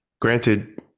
Granted